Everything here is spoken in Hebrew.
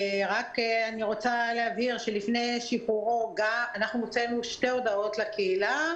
אני רוצה להבהיר שלפני שחרורו אנחנו הוצאנו שתי הודעות לקהילה,